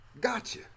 gotcha